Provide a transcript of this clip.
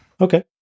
okay